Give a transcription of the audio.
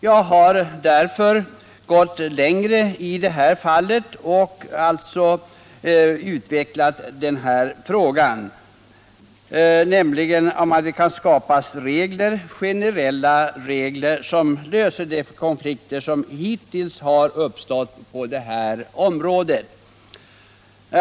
Jag har därför utvecklat den här frågan och gått längre, nämligen till att det skall skapas generella regler som löser de konflikter som hittills har uppstått på det här området.